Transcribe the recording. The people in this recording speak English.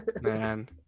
Man